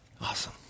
Awesome